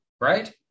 right